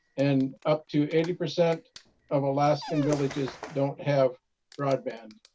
and up to eighty percent of alaskan villages don't have broadband.